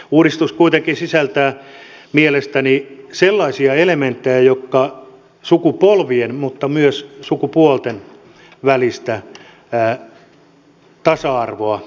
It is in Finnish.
uudistus kuitenkin sisältää mielestäni sellaisia elementtejä jotka paitsi sukupolvien myös sukupuolten välistä tasa arvoa edistävät